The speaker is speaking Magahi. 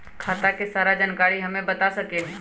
खाता के सारा जानकारी हमे बता सकेनी?